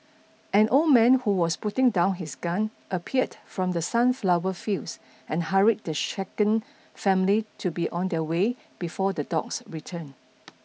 an old man who was putting down his gun appeared from the sunflower fields and hurried the shaken family to be on their way before the dogs return